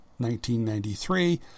1993